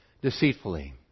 deceitfully